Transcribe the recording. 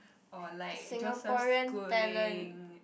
or like Joseph-Schooling